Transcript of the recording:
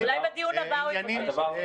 אולי בדיון הבא הוא יבקש את זה.